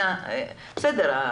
בסדר,